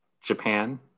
Japan